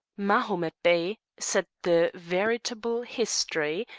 mahomet bey, said the veritable history,